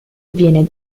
viene